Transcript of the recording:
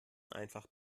einfach